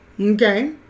Okay